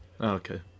okay